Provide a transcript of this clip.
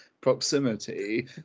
proximity